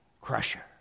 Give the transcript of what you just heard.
crusher